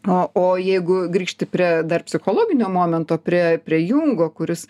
o o jeigu grįžti prie dar psichologinio momento prie prie jungo kuris